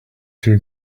two